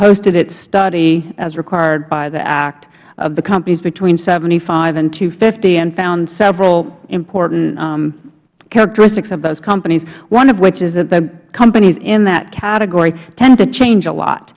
posted its study as required by the act of the companies between seventy five and two hundred and fifty and found several important characteristics of those companies one of which is that the companies in that category tend to change a lot